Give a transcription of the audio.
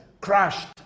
crashed